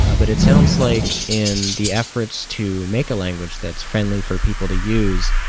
ah but it sounds like in the efforts to make a language that's friendly for people to use,